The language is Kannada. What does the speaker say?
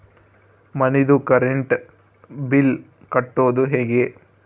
ಮನಿದು ಕರೆಂಟ್ ಬಿಲ್ ಕಟ್ಟೊದು ಹೇಗೆ?